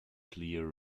clear